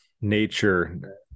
nature